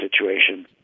situation